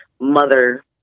mother